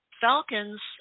Falcons